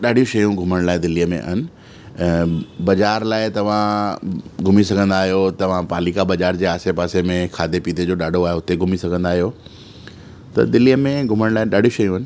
ॾाढियूं शयूं घुमण लाइ दिल्लीअ में आहिनि बाज़ार लाइ तव्हां घुमी सघंदा आहियो तव्हां पालिका बाज़ार जे आसे पासे में खाधे पीते जो ॾाढो आहे हुते घुमी सघंदा आहियो त दिल्लीअ में घुमण लाइ ॾाढियूं शयूं आहिनि